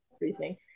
reasoning